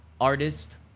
artist